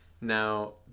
Now